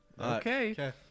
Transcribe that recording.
Okay